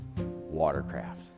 watercraft